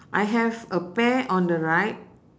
I have a pair on the right